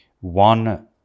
one